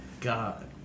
God